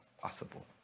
possible